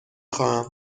خواهم